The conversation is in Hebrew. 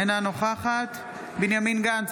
אינה נוכחת בנימין גנץ,